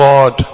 God